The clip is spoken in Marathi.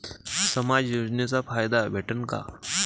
समाज योजनेचा फायदा भेटन का?